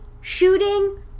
shooting